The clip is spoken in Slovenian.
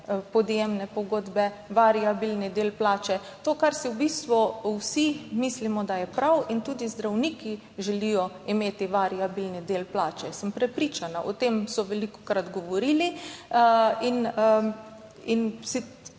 podjemne pogodbe, variabilni del plače, to, kar si v bistvu vsi mislimo, da je prav. In tudi zdravniki želijo imeti variabilni del plače, sem prepričana, o tem so velikokrat govorili.